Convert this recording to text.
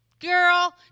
girl